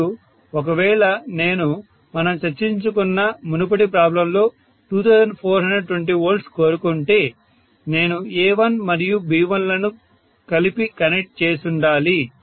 మరియు ఒకవేళ నేను మనం చర్చించుకున్న మునుపటి ప్రాబ్లం లో 2420V కోరుకుంటే నేను A1 మరియు B1 లను కలిపి కనెక్ట్ చేసుండాలి